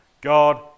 God